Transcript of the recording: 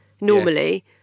normally